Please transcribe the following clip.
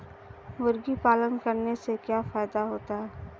मुर्गी पालन करने से क्या फायदा होता है?